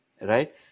Right